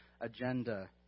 agenda